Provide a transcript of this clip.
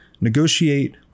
negotiate